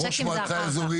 ראש מועצה אזורית